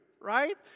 Right